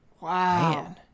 wow